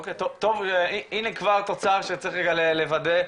טוב, הנה כבר תוצאה שצריך רגע לוודא,